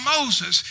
Moses